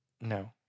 No